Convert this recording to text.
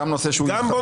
גם נושא שהוא